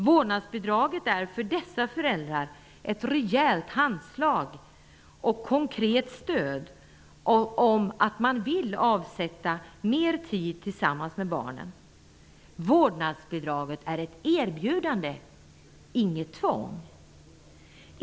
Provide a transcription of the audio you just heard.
Vårdnadsbidraget är för dessa familjer ett rejält handslag och konkret stöd, om man vill avsätta mer tid för att vara tillsammans med barnen. Vårdnadsbidraget är ett erbjudande, inget tvång.